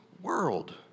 world